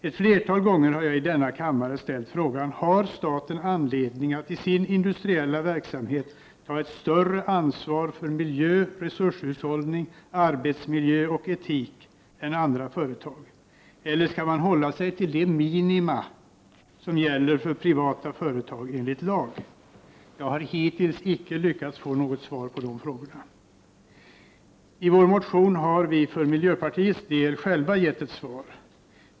Ett flertal gånger har jag i denna kammare ställt frågan: Har staten anledning att i sin industriella verksamhet ta ett större ansvar för miljö, resurshållning, arbetsmiljö och etik än andra företag, eller skall man hålla sig till de minima som gäller för privata företag enligt lag? Jag har hittills inte lyckats få svar på de frågorna. I vår motion har vi för miljöpartiets del själva gett ett svar.